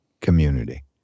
community